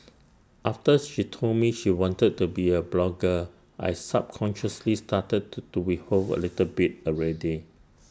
after she told me she wanted to be A blogger I subconsciously started to do withhold A little bit already